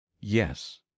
yes